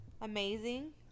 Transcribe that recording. Amazing